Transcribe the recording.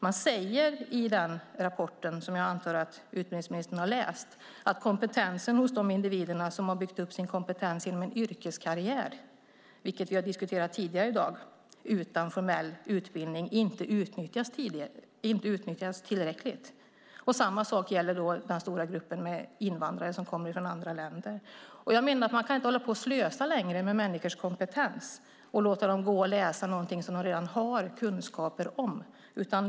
Man säger i den rapporten, som jag antar att utbildningsministern har läst, att kompetensen hos de individer som har byggt upp sin kompetens inom en yrkeskarriär utan formell utbildning, vilket vi har diskuterat tidigare i dag, inte utnyttjas tillräckligt. Samma sak gäller den stora gruppen invandrare som kommer från andra länder. Jag menar att man inte kan hålla på och slösa längre med människors kompetens och låta dem läsa någonting som de redan har kunskaper om.